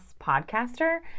podcaster